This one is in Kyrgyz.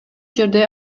жерде